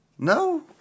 No